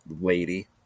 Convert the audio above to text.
lady